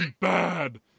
bad